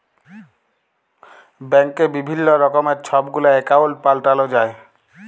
ব্যাংকে বিভিল্ল্য রকমের ছব গুলা একাউল্ট পাল্টাল যায়